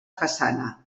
façana